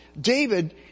David